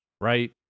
right